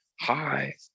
Hi